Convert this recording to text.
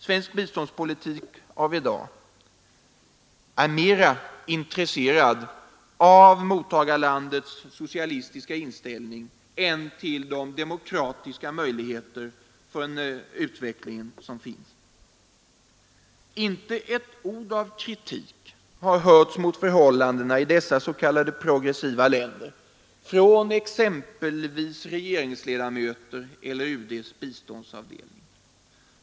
Svensk biståndspolitik av i dag är mera intresserad av mottagarlandets socialistiska inställning än av de möjligheter för en demokratisk utveckling som finns. Icke ett ord av kritik har hörts mot förhållandena i dessa s.k. progressiva länder från exempelvis regeringsledamöter eller UD:s biståndsavdelning.